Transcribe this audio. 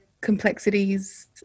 complexities